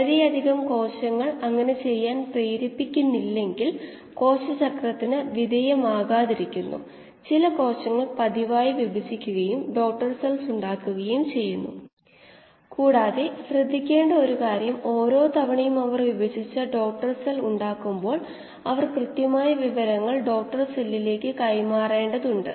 നേരത്തെ കാണിച്ച അതേകീമോസ്റ്റാറ്റ് Fi Si xi ഇൻലെറ്റ് ആണ് xi ഇവിടെ പൂജ്യമാണ് F0 ഔട്ട്ലെറ്റ് വോള്യൂമെട്രിക് ഒഴുക്കിൻറെ തോത് S x എന്നിവ യഥാക്രമം സബ്സ്ട്രേറ്റിന്റെയും കോശഗാഢതയും ആകുന്നു ബ്രോത്തിന്റെ വ്യാപ്തം V ആണ്